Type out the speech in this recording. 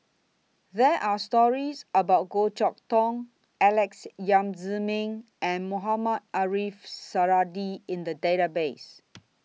There Are stories about Goh Chok Tong Alex Yam Ziming and Mohamed Ariff Suradi in The Database